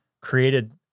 created